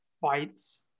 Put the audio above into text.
fights